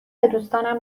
دوستانم